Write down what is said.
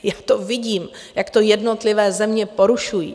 Já to vidím, jak to jednotlivé země porušují.